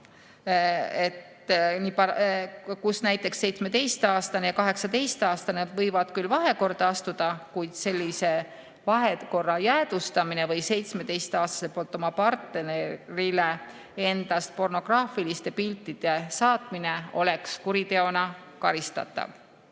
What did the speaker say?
kus näiteks 17-aastane ja 18-aastane võivad küll vahekorda astuda, kuid sellise vahekorra jäädvustamine või 17-aastase poolt oma partnerile endast pornograafiliste piltide saatmine oleks kuriteona karistatav.